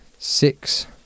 Six